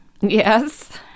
Yes